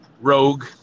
rogue